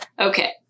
okay